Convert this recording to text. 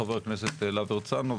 חבר הכנסת להב הרצנו,